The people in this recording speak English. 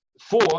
four